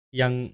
yang